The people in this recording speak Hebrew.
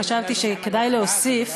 חשבתי שכדאי להוסיף